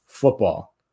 football